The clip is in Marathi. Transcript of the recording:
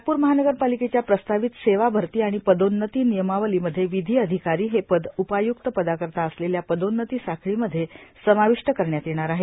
नागप्रर महानगरपालिकेच्या प्रस्तावित सेवा भरती आणि पदोन्नती नियमावलीमध्ये विधी अधिकारी हे पद उपायुक्त पदार्कारता असलेल्या पदोन्नती साखळीमध्ये समाविष्ट करण्यात येणार आहे